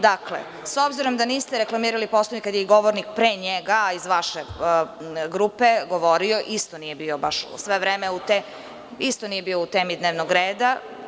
Dakle, s obzirom da niste reklamirali Poslovnik kad je i govornik pre njega, a iz vaše grupe je govorio, isto nije bio baš sve vreme u temi dnevnog reda.